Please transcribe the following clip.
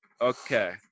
Okay